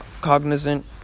cognizant